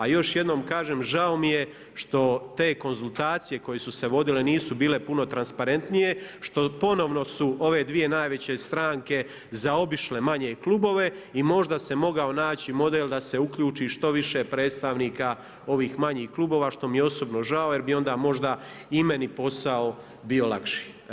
A još jednom kažem, žao mi je što te konzultacije koje su se vodile nisu bilo puno transparentnije što ponovno su ove dvije najveće stranke zaobišle manje klubove i možda se mogao naći model da se uključi što više predstavnika ovih manjih klubova što mi je osobno žao jer bi onda možda i meni posao bio lakši.